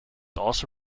also